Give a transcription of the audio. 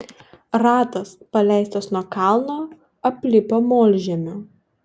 ratas paleistas nuo kalno aplipo molžemiu